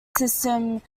system